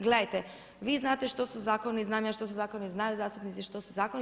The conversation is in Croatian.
Gledajte vi znate što su zakoni, znam ja što su zakoni, znaju zastupnici što su zakoni.